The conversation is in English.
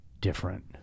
different